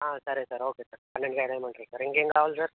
సరే sir okay sir పన్నెండు కాయలు వేయమంటారా సార్ ఇంకేం కావాలి సార్